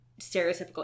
stereotypical